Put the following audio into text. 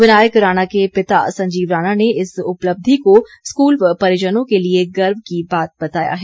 विनायक राणा के पिता संजीव राणा ने इस उपलब्धि को स्कूल व परिजनों के लिए गर्व की बात बताया है